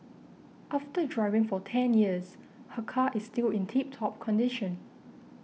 after driving for ten years her car is still in tip top condition